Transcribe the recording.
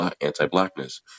anti-blackness